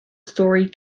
storey